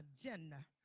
agenda